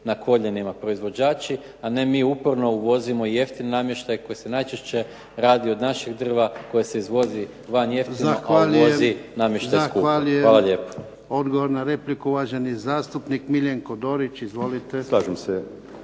na koljenima proizvođači, a ne mi uporno uvozimo jeftin namještaj koji se najčešće radi od našeg drva koji se izvozi van jeftino a uvozi namještaj skuplji. **Jarnjak, Ivan (HDZ)** Zahvaljujem. Odgovor na repliku uvaženi zastupnik MIljenko Dorić. **Dorić,